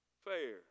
fair